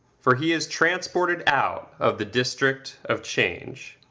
for he is transported out of the district of change.